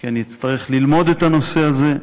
כי אני אצטרך ללמוד את הנושא הזה,